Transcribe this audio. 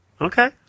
Okay